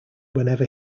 whenever